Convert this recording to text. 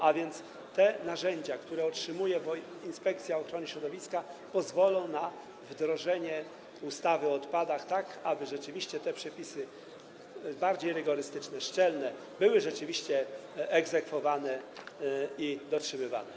A więc te narzędzia, które otrzymuje Inspekcja Ochrony Środowiska, pozwolą na wdrożenie ustawy o odpadach tak, aby te przepisy, bardziej rygorystyczne, szczelne, były rzeczywiście egzekwowane i dotrzymywane.